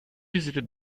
visited